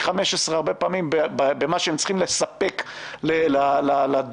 חמישה-עשר הרבה פעמים במה שהן צריכות לספק לדורשים.